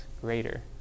greater